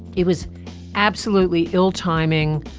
it was absolutely ill timing,